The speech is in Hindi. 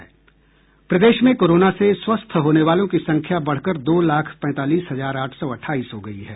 प्रदेश में कोरोना से स्वस्थ होने वालों की संख्या बढ़कर दो लाख पैंतालीस हजार आठ सौ अठाईस हो गयी है